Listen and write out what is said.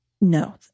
No